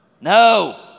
No